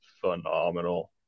phenomenal